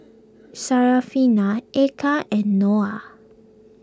Syarafina Eka and Noah